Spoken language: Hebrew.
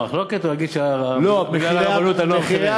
המחלוקת או להגיד שבגלל הרבנות עלו המחירים?